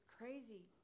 crazy